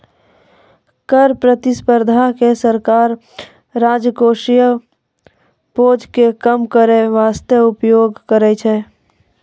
कर प्रतिस्पर्धा के सरकार राजकोषीय बोझ के कम करै बासते उपयोग करै छै